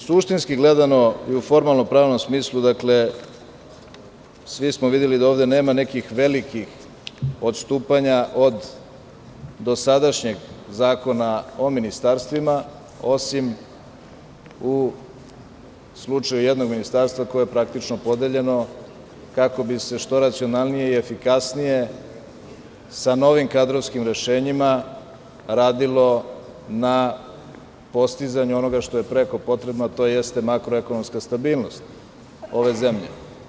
Suštinski gledano i u formalno pravnom smislu, svi smo videli da ovde nema nekih velikih odstupanja od dosadašnjeg zakona o ministarstvima, osim u slučaju jednog ministarstva koje je praktično podeljeno kako bi se što racionalnije i efikasnije sa novim kadrovskim rešenjima radilo na postizanju onoga što je preko potrebno, a to jeste makroekonomska stabilnost ove zemlje.